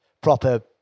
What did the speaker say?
proper –